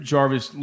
Jarvis